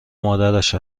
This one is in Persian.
مادرش